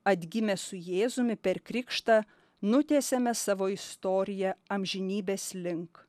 atgimę su jėzumi per krikštą nutiesiame savo istoriją amžinybės link